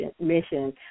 mission